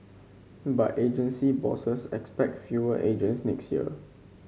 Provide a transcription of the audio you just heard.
but agency bosses expect fewer agents next year